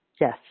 Yes